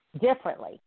differently